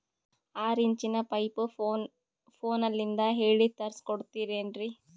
ಆರಿಂಚಿನ ಪೈಪು ಫೋನಲಿಂದ ಹೇಳಿ ತರ್ಸ ಕೊಡ್ತಿರೇನ್ರಿ?